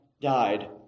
died